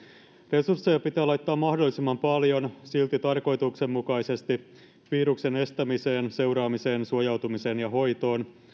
resursseja pitää laittaa mahdollisimman paljon silti tarkoituksenmukaisesti viruksen estämiseen seuraamiseen suojautumiseen ja hoitoon